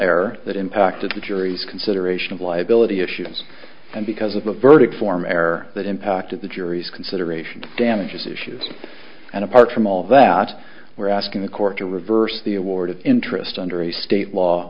error that impacted the jury's consideration of liability issues and because of the verdict form error that impacted the jury's consideration damages issues and apart from all that we're asking the court to reverse the award of interest under a state law